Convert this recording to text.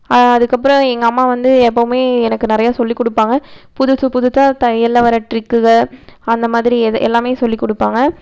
அதுக்கப்புறம் எங்கள் அம்மா வந்து எப்பவுமே எனக்கு நிறையா சொல்லி கொடுப்பாங்க புதுசு புதுசாக தையலில் வர ட்ரிக்குக அந்த மாதிரி எதை எல்லாமே சொல்லிக் கொடுப்பாங்க